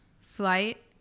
Flight